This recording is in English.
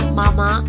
mama